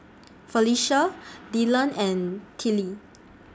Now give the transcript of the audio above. Felecia Dylan and Tillie